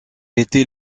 était